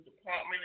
Department